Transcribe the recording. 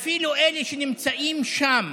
אפילו אלה שנמצאים שם